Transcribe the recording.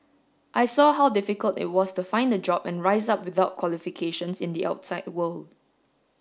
I saw how difficult it was to find a job and rise up without qualifications in the outside world